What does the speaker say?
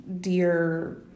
dear